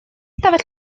stafell